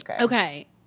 Okay